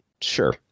sure